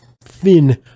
thin